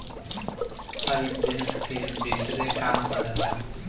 हइ देश के भीतरे काम करेला